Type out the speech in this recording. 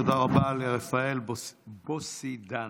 תודה רבה לרפאל בוסידן,